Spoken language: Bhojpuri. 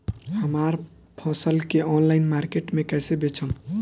हमार फसल के ऑनलाइन मार्केट मे कैसे बेचम?